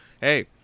Hey